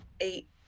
eight